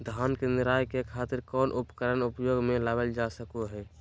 धान के निराई के खातिर कौन उपकरण उपयोग मे लावल जा सको हय?